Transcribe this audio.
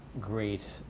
great